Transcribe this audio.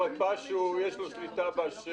נעמה, את יכולה לעזור לי עם הפרטים?